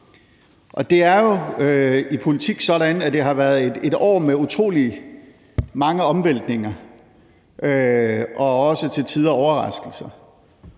Det er jo politisk sådan, at det har været et år med utrolig mange omvæltninger og også til tider overraskelser,